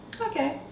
Okay